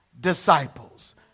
disciples